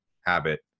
habit